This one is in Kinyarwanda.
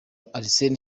arsène